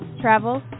travel